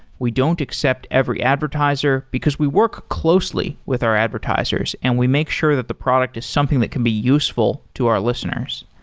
we don't accept every advertiser, because we work closely with our advertisers and we make sure that the product is something that can be useful to our listeners.